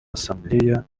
ассамблея